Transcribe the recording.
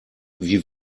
wie